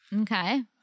Okay